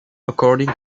according